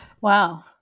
Wow